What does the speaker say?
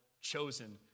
chosen